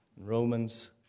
Romans